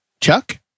Chuck